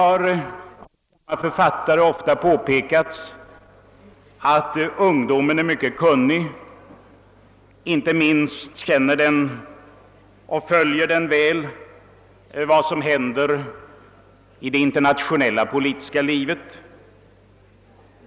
Samma författare har ofta framhållit att ungdomen är mycket kunnig och att den mycket väl känner och följer vad som händer i det internationella politiska livet.